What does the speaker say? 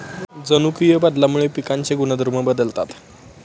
जनुकीय बदलामुळे पिकांचे गुणधर्म बदलतात